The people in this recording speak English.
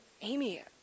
Amy